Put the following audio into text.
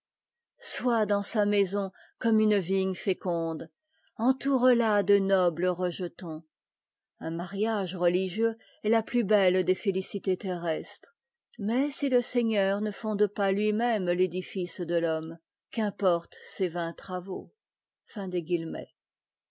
sois dans sa maison comme une vigne féconde entoure la de nobles rejetons un mariage religieux est la plus belle des féli cités terrestres mais si le seigneur ne fonde pas a tui même l'édifice de l'homme qu'importent ses vains travaux